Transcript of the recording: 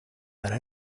para